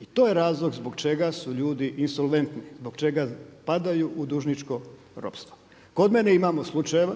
I to je razlog zbog čega su ljudi insolventni, zbog čega padaju u dužničko ropstvo. Kod mene imamo slučajeva